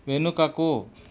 వెనుకకు